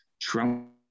Trump